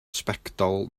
sbectol